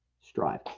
strive